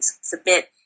submit